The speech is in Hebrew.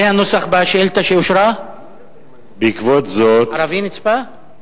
זה הנוסח בשאילתא שאושרה, "ערבי נצפה"?